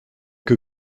que